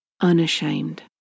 unashamed